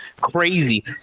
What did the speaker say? Crazy